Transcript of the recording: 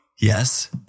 Yes